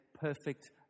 perfect